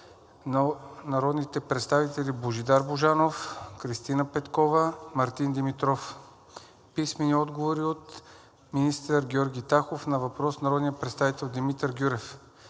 на народните представители Божидар Божанов, Кристина Петкова, Мартин Димитров; - министър Георги Тахов на въпрос на народния представител Димитър Гюрев;